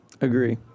Agree